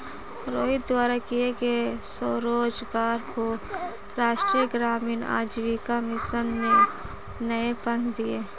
रोहित द्वारा किए गए स्वरोजगार को राष्ट्रीय ग्रामीण आजीविका मिशन ने नए पंख दिए